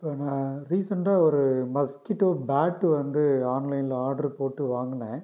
இப்போது நான் ரீசென்ட்டாக ஒரு மஸ்கிட்டோ பேட் வந்து ஆன்லைனில் ஆர்டர் போட்டு வாங்கினேன்